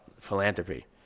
philanthropy